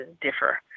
differ